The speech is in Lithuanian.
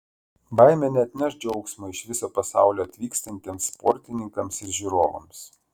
baimė neatneš džiaugsmo iš viso pasaulio atvykstantiems sportininkams ir žiūrovams